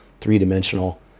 three-dimensional